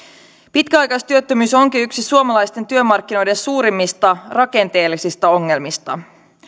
pitkäaikaistyöttömyys onkin yksi suomalaisten työmarkkinoiden suurimmista rakenteellisista ongelmista